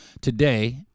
today